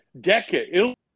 decade